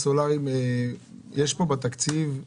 זה לא חריג.